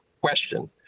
question